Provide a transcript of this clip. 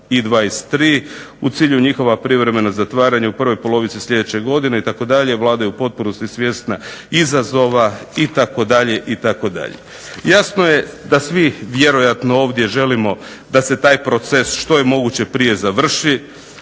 u cilju njihovog privremenog zatvaranja u prvoj polovici sljedeće godine itd. Vlada je u potpunosti svjesna izazova" itd. Jasno je da svi vjerojatno ovdje želimo da se taj proces što je moguće prije završi.